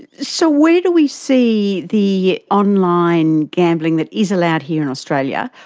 so where do we see the online gambling that is allowed here in australia,